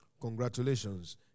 Congratulations